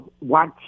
watch